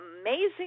amazing